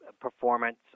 performance